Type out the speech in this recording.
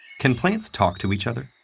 can plants talk to each other?